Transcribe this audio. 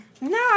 No